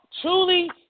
truly